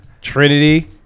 Trinity